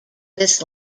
this